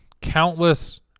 countless